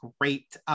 great